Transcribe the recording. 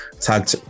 tag